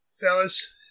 fellas